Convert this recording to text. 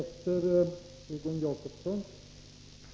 Herr talman!